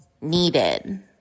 needed